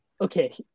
Okay